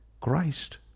Christ